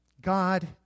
God